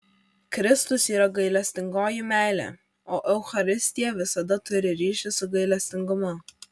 kristus yra gailestingoji meilė o eucharistija visada turi ryšį su gailestingumu